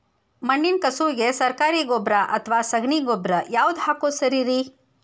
ಮಣ್ಣಿನ ಕಸುವಿಗೆ ಸರಕಾರಿ ಗೊಬ್ಬರ ಅಥವಾ ಸಗಣಿ ಗೊಬ್ಬರ ಯಾವ್ದು ಹಾಕೋದು ಸರೇರಿ?